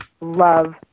love